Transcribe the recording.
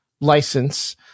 license